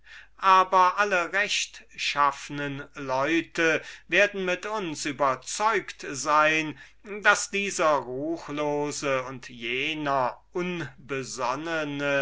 aber alle rechtschaffnen leute werden mit uns überzeugt sein daß dieser junge bube und dieser